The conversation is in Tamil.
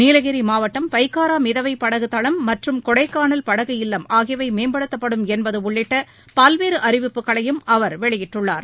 நீலகிரி மாவட்டம் பைக்காரா மிதவை படகு தளம் மற்றும் கொடைக்கானல் படகு இல்லம் ஆகியவை மேம்படுத்தப்படும் என்பது உள்ளிட்ட பல்வேறு அறிவிப்புகளையும் அவர் வெளியிட்டுள்ளார்